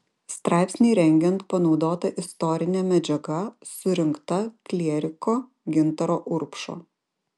straipsnį rengiant panaudota istorinė medžiaga surinkta klieriko gintaro urbšo